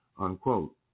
unquote